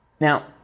Now